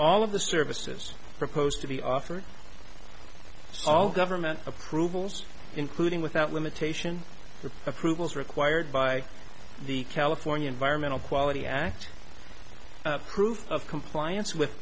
all of the services proposed to be offered all government approvals including without limitation the approvals required by the california environmental quality act approve of compliance with